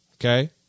Okay